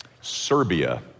Serbia